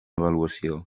avaluació